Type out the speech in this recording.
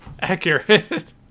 accurate